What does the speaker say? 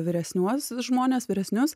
vyresniuosius žmones vyresnius